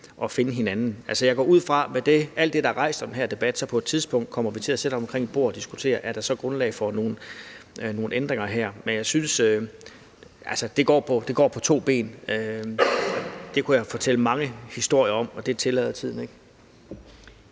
og finde hinanden. Altså, jeg går ud fra, at med alt det, der er rejst i den her debat, kommer vi på et tidspunkt til at sidde omkring bordet og diskutere, om der er grundlag for nogle ændringer her, men jeg synes, at det går på to ben. Det kunne jeg fortælle mange historier om, men det tillader tiden